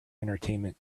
entertainment